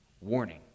warning